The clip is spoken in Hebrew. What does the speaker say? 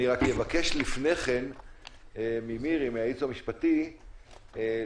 אני רק מבקש לפני כן ממירי מהייעוץ המשפטי לומר